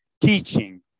teaching